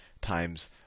times